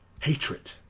hatred